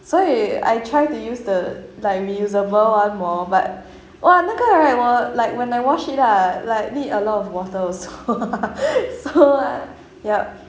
所以 I try to use the like reusable one more but !wah! 那个 right 我 when I wash it lah like need a lot of water also so yup